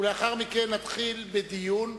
ולאחר מכן נתחיל בדיון.